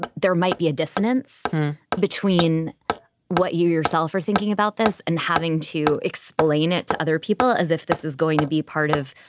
there might be a dissonance between what you yourself are thinking about this and having to explain it to other people as if this is going to be part of,